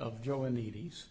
of joe in the eighty's